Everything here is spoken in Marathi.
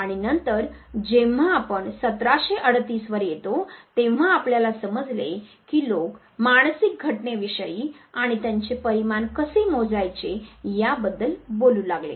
आणि नंतर जेव्हा आपण 1738 वर येतो तेव्हा आपल्याला समजले की लोक मानसिक घटनेविषयी आणि त्यांचे परिमाण कसे मोजायचे याबद्दल बोलू लागले